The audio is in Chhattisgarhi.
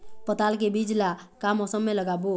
पताल के बीज ला का मौसम मे लगाबो?